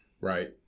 Right